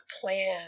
plan